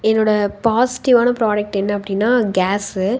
என்னோடய பாசிட்டிவான ப்ராடக்ட் என்ன அப்படின்னா கேஸ்ஸூ